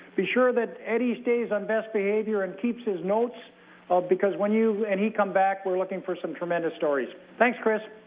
be sure that eddy stays on best behaviour and keeps his notes ah because when you and he come back, we're looking for some tremendous stories. thanks, chris.